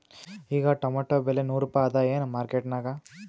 ಈಗಾ ಟೊಮೇಟೊ ಬೆಲೆ ನೂರು ರೂಪಾಯಿ ಅದಾಯೇನ ಮಾರಕೆಟನ್ಯಾಗ?